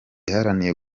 yaharaniye